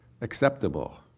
acceptable